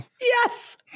Yes